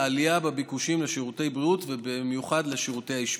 לעלייה בביקושים לשירותי בריאות ובמיוחד לשירותי אשפוז.